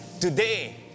Today